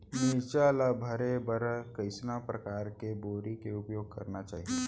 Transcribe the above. मिरचा ला भरे बर कइसना परकार के बोरी के उपयोग करना चाही?